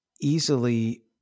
easily